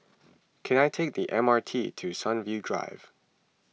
can I take the M R T to Sunview Drive